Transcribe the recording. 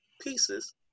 pieces